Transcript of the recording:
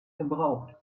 verbraucht